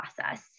process